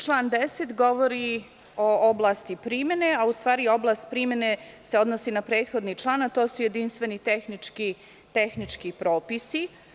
Član 10. govori o oblasti primene, a u stvari oblast primene se odnosi na prethodni član, a to su jedinstveni tehnički propisi.